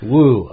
Woo